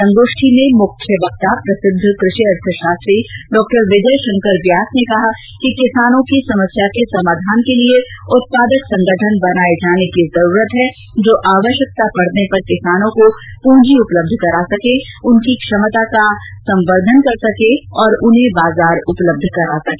संगोष्ठी में मुख्य वक्ता प्रसिद्ध कृषि अर्थशास्त्री डॉ विजय शंकर व्यास ने कहा कि किसानों की समस्या के समाधान के लिए उत्पादक संगठन बनाये जाने की जरूरत है जो आवश्यकता पड़ने पर किसानों को पूंजी उपलब्ध करा सके उनकी क्षमता संबर्द्वन कर सके और उन्हें बाजार उपलब्ध करा सके